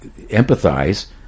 empathize